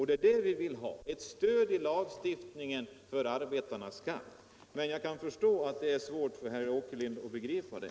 Det är det vi vill: ett stöd i lagstiftningen för arbetarnas kamp. Men jag kan förstå att det är svårt för herr Åkerlind att begripa det.